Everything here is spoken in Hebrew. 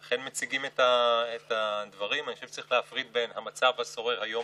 נושאים שבהם אנחנו יכולים להצליח לשתף פעולה,